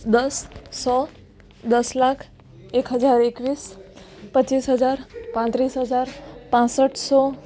દસ સો દસ લાખ એક હજાર એકવીસ પચીસ હજાર પાંત્રીસ હજાર પાંસઠસો